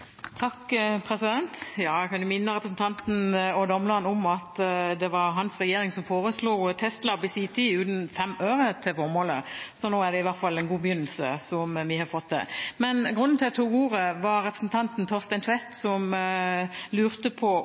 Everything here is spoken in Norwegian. Jeg kan jo minne representanten Odd Omland om at det var hans regjering som foreslo testlab i sin tid, uten fem øre til formålet. Nå har vi i hvert fall fått til en god begynnelse. Men grunnen til at jeg tok ordet, var representanten Torstein Tvedt Solberg, som lurte på